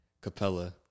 Capella